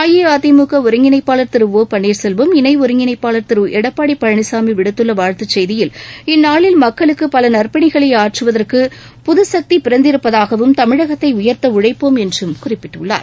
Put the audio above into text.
அஇஅதிமுக ஒருங்கிணைப்பாளர் திரு ஒ பன்னீர்செல்வம் இணை ஒருங்கிணைப்பாளர் திரு எடப்பாடி பழனிசாமி விடுத்துள்ள வாழ்த்து செய்தியில் இந்நாளில் மக்களுக்கு பல நற்பணிகளை ஆற்றுவதற்கு புதுசக்தி பிறந்திருப்பதாகவும் தமிழகத்தை உயர்த்த உழைப்போம் என்றும் குறிப்பிட்டுள்ளார்